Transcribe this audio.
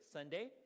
Sunday